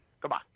Goodbye